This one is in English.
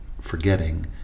forgetting